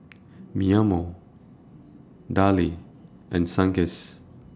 Mimeo Darlie and Sunkist